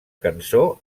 cançó